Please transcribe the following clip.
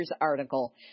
article